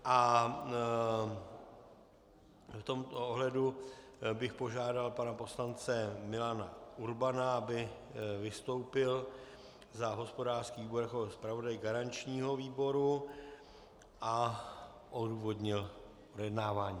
V tomto ohledu bych požádal pana poslance Milana Urbana, aby vystoupil za hospodářský výbor jako zpravodaj garančního výboru a odůvodnil projednávání.